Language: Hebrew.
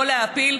לא להפיל,